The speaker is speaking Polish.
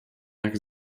ach